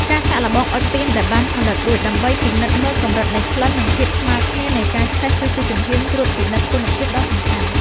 ការសាកល្បងអុជទៀនដែលបានផលិតរួច ដើម្បីពិនិត្យមើលកម្រិតនៃក្លិន និងភាពស្មើគ្នានៃការឆេះ គឺជាជំហានត្រួតពិនិត្យគុណភាពដ៏សំខាន់។